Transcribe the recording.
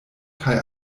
kaj